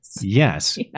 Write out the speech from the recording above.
Yes